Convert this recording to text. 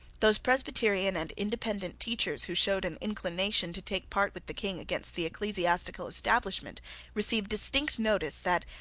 those presbyterian and independent teachers who showed an inclination to take part with the king against the ecclesiastical establishment received distinct notice that,